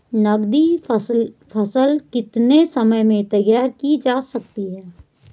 नगदी फसल कितने समय में तैयार की जा सकती है?